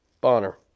Bonner